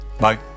Bye